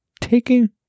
Taking